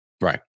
Right